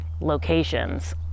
locations